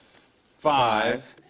five.